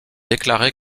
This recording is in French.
déclaré